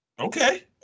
Okay